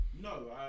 No